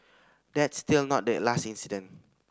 that's still not the last incident